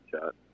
shot